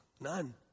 none